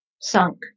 sunk